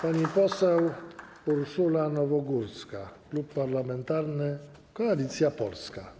Pani poseł Urszula Nowogórska, Klub Parlamentarny Koalicja Polska.